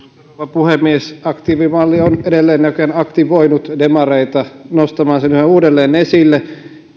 puhemies aktiivimalli on edelleen näköjään aktivoinut demareita nostamaan sen yhä uudelleen esille